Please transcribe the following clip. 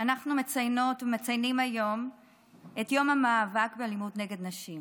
אנחנו מציינות ומציינים היום את יום המאבק באלימות נגד נשים.